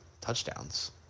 touchdowns